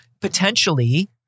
potentially